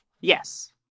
Yes